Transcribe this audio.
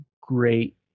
great